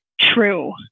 true